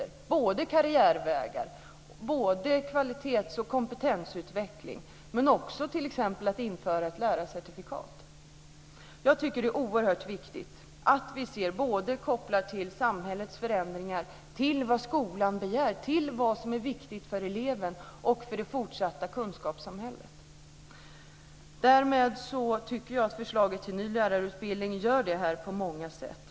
Det handlar om både karriärvägar och kvalitets och kompetensutveckling, men också om t.ex. införande av lärarcertifikat. Jag tycker att det är oerhört viktigt att vi kopplar samhällets förändringar till vad skolan begär, till vad som är viktigt för eleven och för det fortsatta kunskapssamhället. Jag tycker att förslaget till ny lärarutbildning gör det på många sätt.